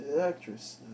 actress